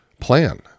plan